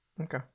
Okay